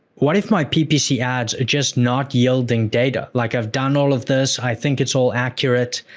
what if my ppc ads are just not yielding data? like i've done all of this, i think it's all accurate,